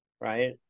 right